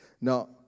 Now